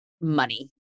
money